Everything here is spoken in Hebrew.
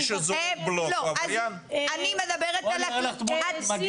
אני מדברת בכללי.